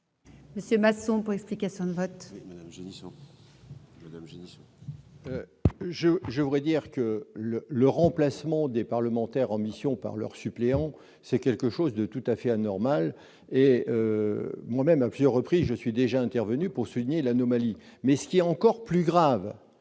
Louis Masson, pour explication de vote.